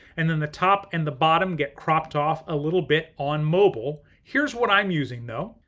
and then the top and the bottom get cropped off a little bit on mobile. here's what i'm using though.